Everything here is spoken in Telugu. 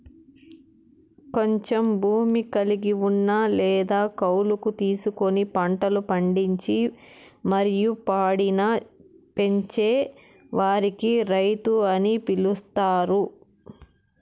కొంచెం భూమి కలిగి ఉన్న లేదా కౌలుకు తీసుకొని పంటలు పండించి మరియు పాడిని పెంచే వారిని రైతు అని పిలుత్తారు